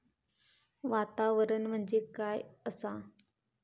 वातावरण म्हणजे काय आसा?